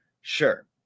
sure